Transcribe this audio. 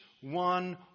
one